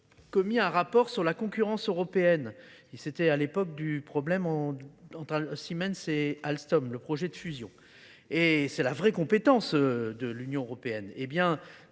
commis un rapport sur la concurrence européenne. C'était à l'époque du problème entre Siemens et Alstom, le projet de fusion. Et c'est la vraie compétence de l'Union européenne. Eh bien,